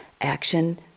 action